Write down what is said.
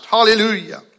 Hallelujah